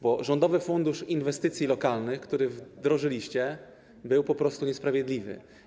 Bo Rządowy Fundusz Inwestycji Lokalnych, który wdrożyliście, był po prostu niesprawiedliwy.